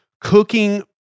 cooking